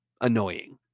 Annoying